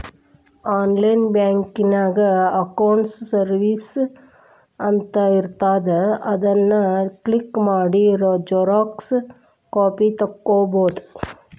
online ಬ್ಯಾಂಕಿನ್ಯಾಗ accounts services ಅಂತ ಇರ್ತಾದ ಅದನ್ ಕ್ಲಿಕ್ ಮಾಡಿ ಝೆರೊಕ್ಸಾ ಕಾಪಿ ತೊಕ್ಕೊಬೋದು